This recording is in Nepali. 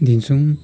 दिन्छौँ